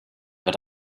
wird